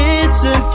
Listen